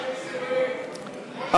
ההצעה להסיר מסדר-היום